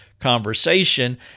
conversation